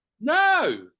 No